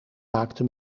maakte